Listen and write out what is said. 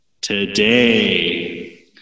today